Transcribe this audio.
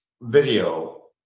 video